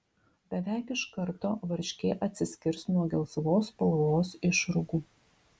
beveik iš karto varškė atsiskirs nuo gelsvos spalvos išrūgų